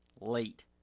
late